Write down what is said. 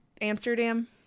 Amsterdam